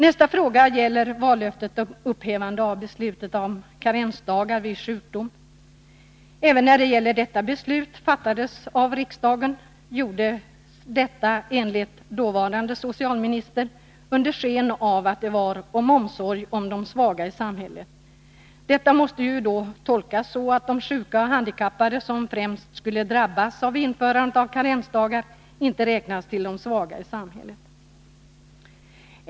Nästa fråga gäller vallöftet om upphävande av beslutet om karensdagar vid sjukdom. När detta beslut fattades av riksdagen gav den dåvarande socialministern sken av att det var av omsorg om de svaga i samhället. Detta måste tolkas så att de sjuka och handikappade, som främst skulle drabbas av införandet av karensdagar, inte räknas till de svaga i samhället.